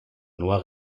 noir